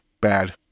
bad